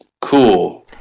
Cool